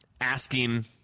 asking